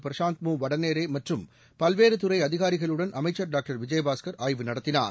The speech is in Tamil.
பிரசாந்த் மு வடநேரே மற்றும் பல்வேறு துறை அதிகாரிகளுடன் அமைச்சர் டாக்டர் விஜயபாஸ்கர் ஆய்வு நடத்தினார்